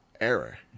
error